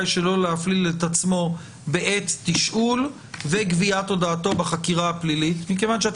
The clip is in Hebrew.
שלא להפליל את עצמו בעת תשאול וגביית הודעתו בחקירה הפלילית מכיוון שאתם